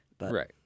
Right